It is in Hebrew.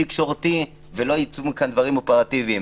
תקשורתי ולא יצאו מכאן דברים אופרטיביים.